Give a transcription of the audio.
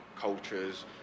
cultures